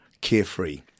carefree